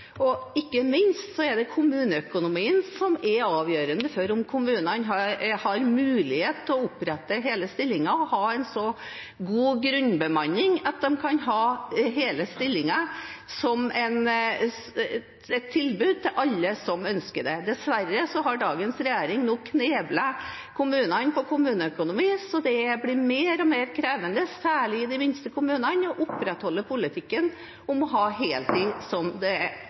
osv. Ikke minst er det kommuneøkonomien som er avgjørende for om kommunene har mulighet til å opprette hele stillinger og ha en så god grunnbemanning at de kan ha hele stillinger som et tilbud til alle som ønsker det. Dessverre har dagens regjering nå kneblet kommunene på økonomien, så det blir mer og mer krevende, særlig i de minste kommunene, å opprettholde politikken for heltid som gjeldende. Senterpartiet snakker ofte om at denne regjeringen sentraliserer. En gjennomgang av tallene viser at det